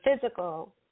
physical